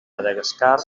madagascar